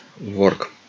work